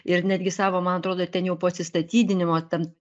ir netgi savo man atrodo ten jau po atsistatydinimo ten